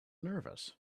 nervous